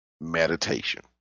meditation